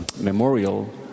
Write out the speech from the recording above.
memorial